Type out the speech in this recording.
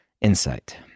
insight